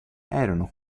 erano